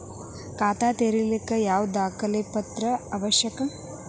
ಖಾತಾ ತೆರಿಲಿಕ್ಕೆ ಯಾವ ದಾಖಲೆ ಪತ್ರ ಅವಶ್ಯಕ?